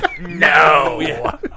No